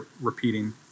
repeating